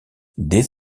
dès